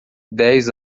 dez